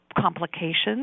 complications